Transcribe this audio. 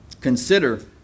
Consider